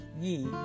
ye